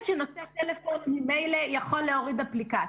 ילד שנושא טלפון ממילא יכול להוריד אפליקציה,